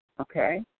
okay